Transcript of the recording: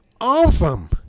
Awesome